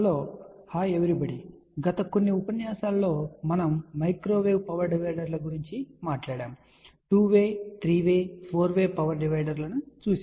hello గత కొన్ని ఉపన్యాసాలలో మనము మైక్రోవేవ్ పవర్ డివైడర్ల గురించి మాట్లాడాము 2 way 3 way 4 way power divider లను చూశాము